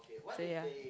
say yeah